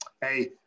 Hey